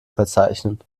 verzeichnen